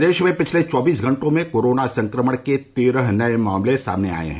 प्रदेश में पिछले चौबीस घंटों में कोरोना संक्रमण के तेरह नए मामले सामने आए हैं